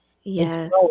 Yes